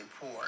poor